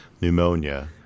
pneumonia